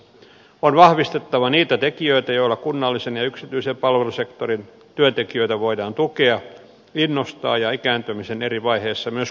on vahvistettava niitä tekijöitä joilla kunnallisen ja yksityisen palvelusektorin työntekijöitä voidaan tukea innostaa ja ikääntymisen eri vaiheissa myös kuntouttaa